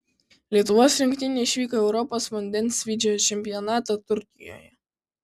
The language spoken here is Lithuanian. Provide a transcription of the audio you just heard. lietuvos rinktinė išvyko į europos vandensvydžio čempionatą turkijoje